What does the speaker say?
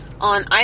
on